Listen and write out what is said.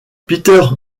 peter